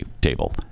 table